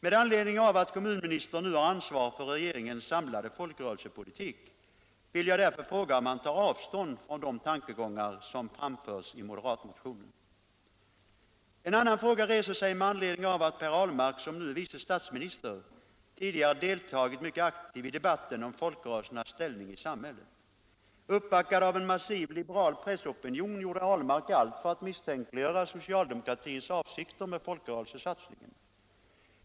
Med anledning av att kommunministern nu har ansvaret för regeringens samlade folkrörelsepolitik vill jag därför fråga, om han tar avstånd från de tankegångar som framkom i den moderata motionen. En annan fråga reser sig med anledning av att Per Ahlmark, som nu är vice statsminister, tidigare deltagit mycket aktivt i debatten om folkrörelsernas ställning i samhället. Uppbackad av en massiv liberal pressopinion gjorde herr Ahlmark allt för att misstänkliggöra socialdemokratins avsikter med folkrörelsesatsningen.